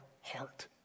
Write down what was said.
heart